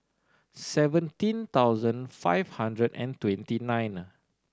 seventeen thousand five hundred and twenty nine